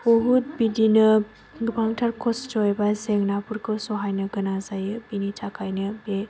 बहुद बिदिनो गोबांथार खस्थ' एबा जेंनाफोरखौ सहायनो गोनां जायो बिनि थाखायनो बे